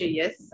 yes